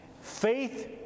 Faith